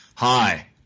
Hi